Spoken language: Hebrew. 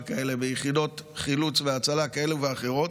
כאלה מיחידות חילוץ והצלה כאלה ואחרות,